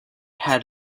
had